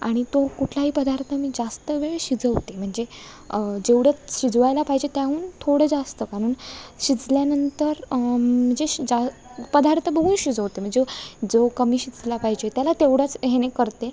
आणि तो कुठलाही पदार्थ मी जास्त वेळ शिजवते म्हणजे जेवढे शिजवायला पाहिजे त्याहून थोडे जास्त कारण शिजल्यानंतर म्हणजे अशी जा पदार्थ बघून शिजवते म्हणजे जो कमी शिजला पाहिजे त्याला तेवढाच ह्याने करते